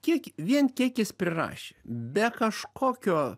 kiek vien kiek jis prirašė be kažkokio